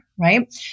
right